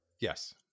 Yes